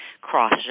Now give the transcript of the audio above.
cross